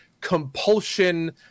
compulsion